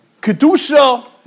Kedusha